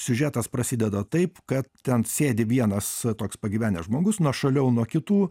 siužetas prasideda taip kad ten sėdi vienas toks pagyvenęs žmogus nuošaliau nuo kitų